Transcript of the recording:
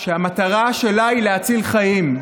שהמטרה שלה היא להציל חיים.